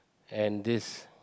and this